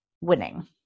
winning